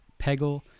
Peggle